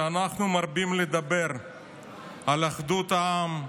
שאנחנו מרבים לדבר על אחדות העם,